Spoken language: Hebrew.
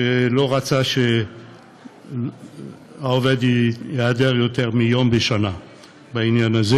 שלא רצה שהעובד ייעדר יותר מיום בשנה בעניין הזה.